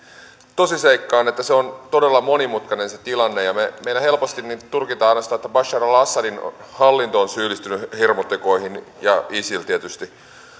tosiseikkaan että se on todella monimutkainen tilanne ja meillä helposti tulkitaan ainoastaan että bashar al assadin hallinto on syyllistynyt hirmutekoihin ja isil tietysti